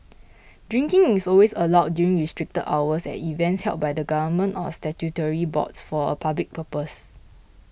drinking is always allowed during restricted hours at events held by the government or statutory boards for a public purpose